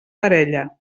parella